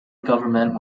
government